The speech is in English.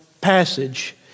passage